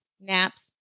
Naps